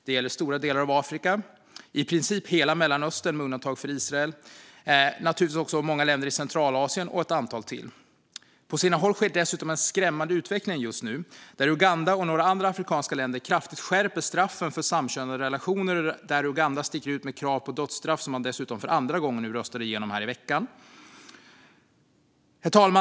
Det gäller stora delar av Afrika, i princip hela Mellanöstern - med undantag för Israel - många länder i Centralasien och några till. På sina håll sker dessutom en skrämmande utveckling just nu där Uganda och några andra afrikanska länder kraftigt skärper straffen för samkönade relationer. Uganda sticker ut med krav på dödsstraff, som man dessutom röstade igenom för andra gången nu i veckan.